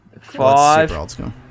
five